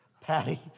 patty